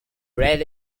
read